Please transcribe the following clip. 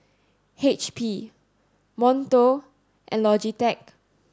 H P Monto and Logitech